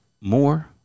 more